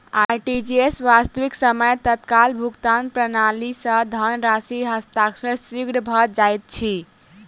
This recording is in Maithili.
आर.टी.जी.एस, वास्तविक समय तत्काल भुगतान प्रणाली, सॅ धन राशि हस्तांतरण शीघ्र भ जाइत अछि